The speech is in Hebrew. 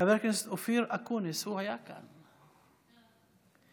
חבר הכנסת אופיר אקוניס, הוא היה כאן, איננו.